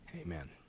amen